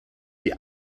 die